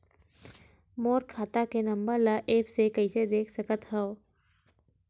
मोर खाता के नंबर ल एप्प से कइसे देख सकत हव?